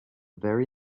very